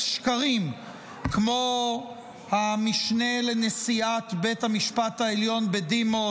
שקרים כמו המשנה לנשיאת בית המשפט העליון בדימוס,